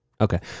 Okay